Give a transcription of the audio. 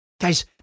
Guys